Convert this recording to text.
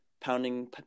Pounding